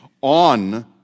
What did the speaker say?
on